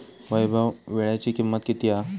वैभव वीळ्याची किंमत किती हा?